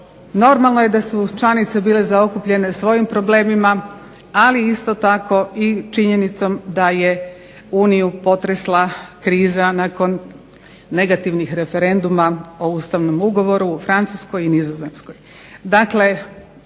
Normalno da su članice bile zaokupljene svojim problemima ali isto tako i činjenicom da je Uniju potresla kriza nakon negativnih referenduma o Ustavnom ugovoru u Francuskoj i Nizozemskoj.